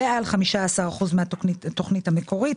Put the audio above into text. ועל 15% מהתוכנית המקורית,